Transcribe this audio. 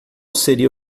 seria